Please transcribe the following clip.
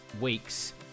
week's